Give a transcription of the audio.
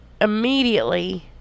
Immediately